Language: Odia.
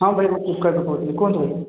ହଁ ଭାଇ ମୁଁ ଫ୍ଳିପକାର୍ଟରୁ କହୁଥିଲି କୁହନ୍ତୁ